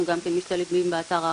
אנחנו גם משתלבים באתר האחוד.